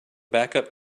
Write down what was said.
backup